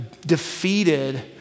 defeated